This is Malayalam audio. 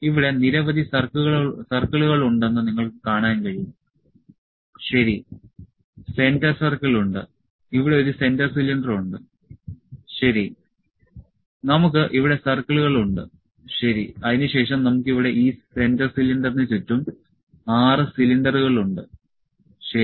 ഇവിടെ നിരവധി സർക്കിളുകൾ ഉണ്ടെന്ന് നിങ്ങൾക്ക് കാണാൻ കഴിയും ശരി സെന്റർ സർക്കിൾ ഉണ്ട് ഇവിടെ ഒരു സെന്റർ സിലിണ്ടർ ഉണ്ട് ശരി നമുക്ക് ഇവിടെ സർക്കിളുകൾ ഉണ്ട് ശരി അതിനുശേഷം നമുക്ക് ഇവിടെ ഈ സെന്റർ സിലിണ്ടറിന് ചുറ്റും 6 സിലിണ്ടറുകൾ ഉണ്ട് ശരി